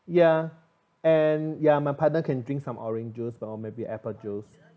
ya and ya my partner can drink some orange juice or maybe apple juice